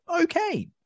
Okay